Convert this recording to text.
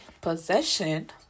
possession